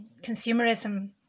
consumerism